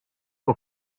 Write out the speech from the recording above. for